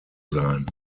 sein